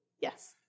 Yes